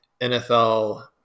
NFL